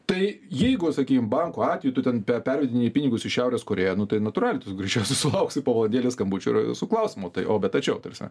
tai jeigu sakykim banko atveju tu ten pervedinėji pinigus į šiaurės korėją nu tai natūraliai tu greičiausiai sulauksi po valandėlės skambučio ir su klausimu tai o bet tačiau ta prasme